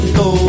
go